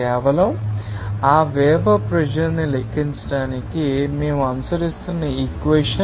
కేవలం ఆ vapour pressure న్ని లెక్కించడానికి మేము అనుసరిస్తున్న ఇక్వేషన్